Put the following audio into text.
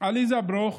עליזה ברוך,